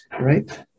right